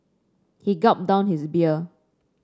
he gulped down his beer